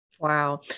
Wow